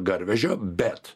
garvežio bet